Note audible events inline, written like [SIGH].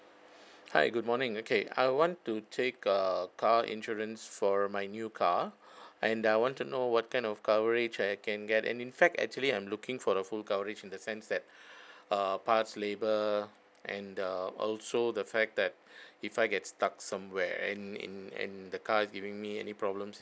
hi good morning okay I want to take a car insurance for my new car [BREATH] and I want to know what kind of coverage I can get and in fact actually I'm looking for a full coverage in the sense that [BREATH] err parts labour and uh also the fact that [BREATH] if I get stuck somewhere and in and the car is giving me any problems